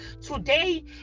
Today